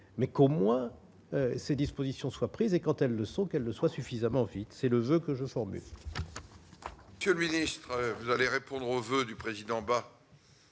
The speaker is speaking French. mais qu'au moins ces dispositions soient prises et quand elles le sont qu'elles le soient suffisamment vite, c'est le voeu que je formule. Que lui, distraire, vous allez répondre aux voeux du président bas.